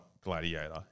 Gladiator